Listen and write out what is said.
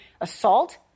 assault